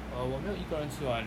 err 我没有一个人吃完